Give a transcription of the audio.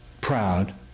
Proud